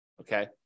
Okay